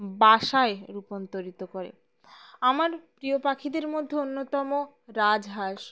বাসায় রূপান্তরিত করে আমার প্রিয় পাখিদের মধ্যে অন্যতম রাজহাঁস